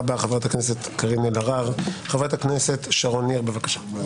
חבר הכנסת רם בן ברק -- את יכולה לענות כדי שנדע -- לא,